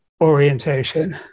orientation